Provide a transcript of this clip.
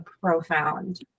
profound